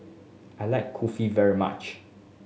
I like Kulfi very much